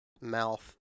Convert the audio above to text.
mouth